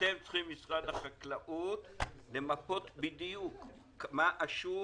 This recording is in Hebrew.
אתם צריכים במשרד החקלאות למפות בדיוק מה השוק,